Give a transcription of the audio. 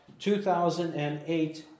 2008